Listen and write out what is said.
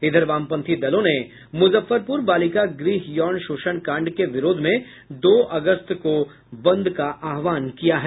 इधर वामपंथी दलों ने मुजफ्फरपुर बालिका गृह यौन शोषण कांड के विरोध में दो अगस्त को बंद का आहवान किया है